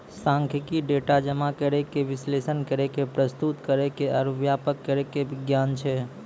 सांख्यिकी, डेटा जमा करै के, विश्लेषण करै के, प्रस्तुत करै के आरु व्याख्या करै के विज्ञान छै